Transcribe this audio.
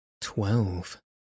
Twelve